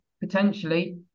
potentially